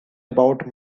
about